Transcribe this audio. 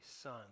son